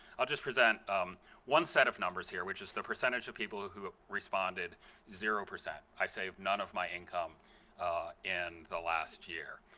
i'll just present um one set of numbers here which is the percentage of people who who responded zero percent. i saved none of my income in the last year.